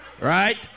Right